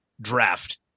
draft